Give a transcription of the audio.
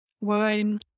wine